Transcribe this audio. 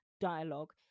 dialogue